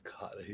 God